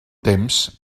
temps